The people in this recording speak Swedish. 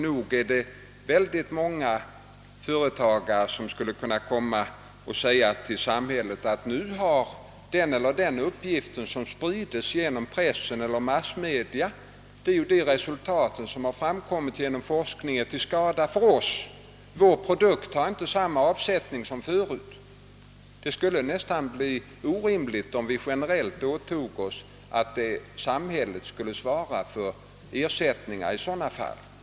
Nog är det många företagare som skulle kunna hävda att olika uppgifter som sprids genom pressen eller andra massmedia — uppgifter som bygger på forskningsresultat — är till skada för vederbörandes yrkesutövning genom att företagets produkter inte får samma avsättning som tidigare. Det vore orimligt om samhället generellt åtog sig att ge ersättning i sådana fall.